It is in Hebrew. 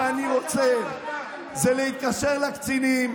מה שאני רוצה זה להתקשר לקצינים,